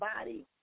body